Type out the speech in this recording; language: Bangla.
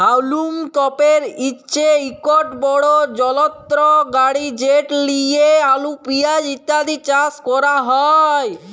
হাউলম তপের হছে ইকট বড় যলত্র গাড়ি যেট লিঁয়ে আলু পিয়াঁজ ইত্যাদি চাষ ক্যরা হ্যয়